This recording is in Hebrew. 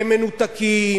שהם מנותקים,